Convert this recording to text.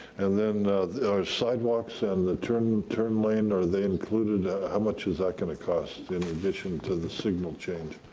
and then are sidewalks and the turn turn lane, are they included how much is that gonna cost, in addition to the signal change?